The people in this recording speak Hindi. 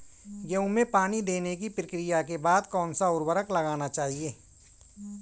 गेहूँ में पानी देने की प्रक्रिया के बाद कौन सा उर्वरक लगाना चाहिए?